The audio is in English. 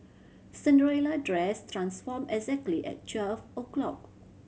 Cinderella dress transformed exactly at twelve o' clock